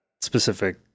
specific